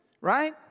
right